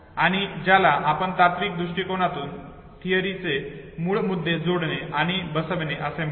आणि ज्याला आपण तात्विक दृष्टिकोनातून थिअरीचे मूळ मुद्दे जोडणे आणि बसविणे असे म्हणतो